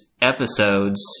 episodes